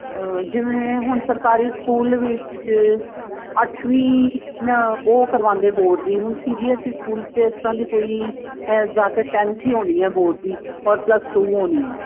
ਜਿਵੇਂ ਹੁਣ ਸਰਕਾਰੀ ਸਕੂਲ ਵਿੱਚ ਅੱਠਵੀਂ ਉਹ ਕਰਵਾਉਂਦੇ ਬੋਰਡ ਦੀ ਹੁਣ C B S E school 'ਚ ਇਸ ਤਰ੍ਹਾਂ ਦੀ ਕੋਈ ਜਾ ਕੇ ਟੈਂਨਥ ਹੀ ਹੋਣੀ ਹੈ ਬੋਡ ਦੀ ਔਰ ਪਲਸ ਟੂ ਹੋਣੀ ਹੈ